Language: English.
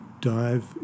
dive